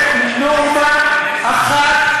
לאומית,